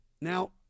Now